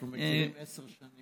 אנחנו מכירים עשר שנים.